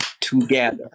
together